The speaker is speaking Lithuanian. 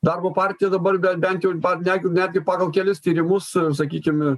darbo partija dabar ben bent jau net netgi pagal kelis tyrimus sakykim